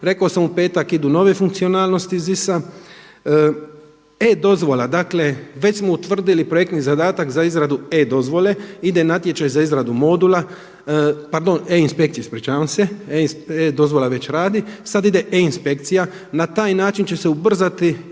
Rekao sam u petak idu nove funkcionalnosti iz ZIS-a. E-dozvola, dakle već smo utvrdili projektni zadatak za izradu e-dozvole, ide natječaj za izradu modula, pardon e-inspekcije ispričavam se, e-dozvola već radi, sada ide e-inspekcija, na taj način će se ubrzati